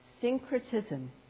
Syncretism